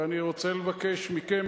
ואני רוצה לבקש מכם,